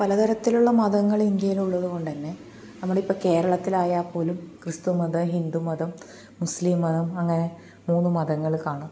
പലതരത്തിലുള്ള മതങ്ങൾ ഇന്ത്യയിലുള്ളതുകൊണ്ട് തന്നെ നമ്മുടെ ഇപ്പോൾ കേരളത്തിൽ ആയാൽപ്പോലും ക്രിസ്തു മതം ഹിന്ദു മതം മുസ്ലിം മതം അങ്ങനെ മൂന്നു മതങ്ങൾ കാണും